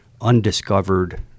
undiscovered